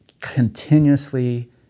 continuously